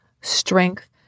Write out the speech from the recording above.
strength